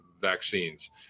vaccines